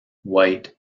white